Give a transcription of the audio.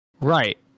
right